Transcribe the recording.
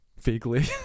Vaguely